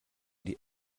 die